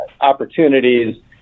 opportunities